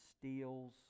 steals